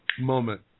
moment